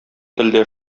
телдә